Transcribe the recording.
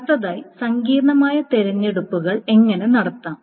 അടുത്തതായി സങ്കീർണ്ണമായ തിരഞ്ഞെടുപ്പുകൾ എങ്ങനെ നടത്താം